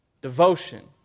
Devotion